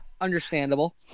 understandable